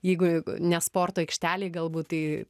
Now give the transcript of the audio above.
jeigu ne sporto aikštelėj galbūt tai